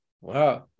Wow